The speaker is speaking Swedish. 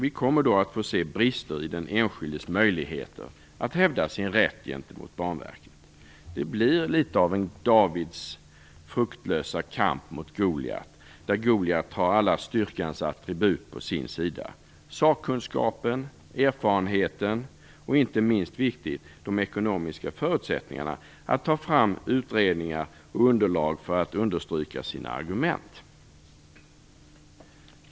Vi kommer då att se brister i den enskildes möjligheter att hävda sin rätt gentemot Banverket. Det blir litet av Davids fruktlösa kamp mot Goliat, där Goliat har alla styrkans attribut på sin sida: sakkunskapen, erfarenheten och inte minst viktigt de ekonomiska förutsättningarna att ta fram underlag för att understryka sina argument.